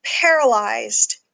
paralyzed